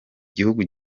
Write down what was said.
gihugu